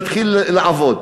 להתחיל לעבוד,